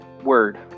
word